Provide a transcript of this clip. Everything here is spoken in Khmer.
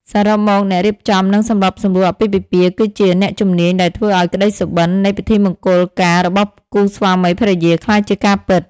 សរុបមក អ្នករៀបចំ និងសម្របសម្រួលអាពាហ៍ពិពាហ៍គឺជា អ្នកជំនាញដែលធ្វើឱ្យក្តីសុបិន្ត នៃពិធីមង្គលការរបស់គូស្វាមីភរិយាក្លាយជាការពិត។